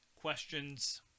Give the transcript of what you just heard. questions